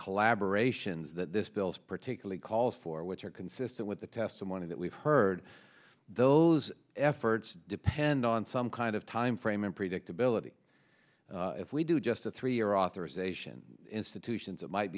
collaboration's that this bill is particularly calls for which are consistent with the testimony that we've heard those efforts depend on some kind of timeframe and predictability if we do just a three year authorization institutions that might